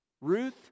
Ruth